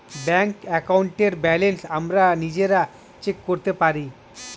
bank অ্যাকাউন্টের balance আমরা নিজেরা চেক করতে পারি